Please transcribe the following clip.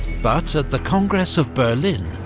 but at the congress of berlin,